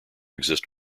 exist